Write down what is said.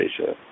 Asia